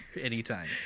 anytime